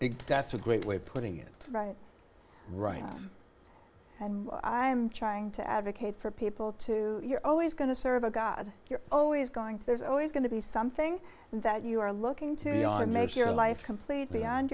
big that's a great way of putting it right right and i'm trying to advocate for people to you're always going to serve a god you're always going to there's always going to be something that you are looking to you know make your life complete beyond